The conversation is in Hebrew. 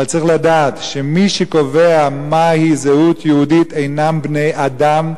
אבל צריך לדעת שמי שקובע מהי זהות יהודית אינם בני-אדם,